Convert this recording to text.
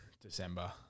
December